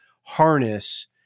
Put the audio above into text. harness